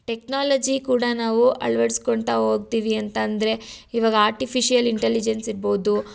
technology ಕೂಡ ನಾವು ಅಳ್ವಡಿಸ್ಕೋತ ಹೋಗ್ತಿವಿ ಅಂತಂದರೆ ಇವಾಗ ಆರ್ಟಿಫಿಷಿಯಲ್ ಇಂಟಲಿಜೆನ್ಸ್ ಇರ್ಬೋದು